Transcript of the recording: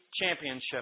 championship